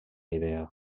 idea